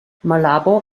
malabo